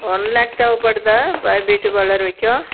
one lakh தேவைப்படுதா இப்போ beauty parlour வெக்க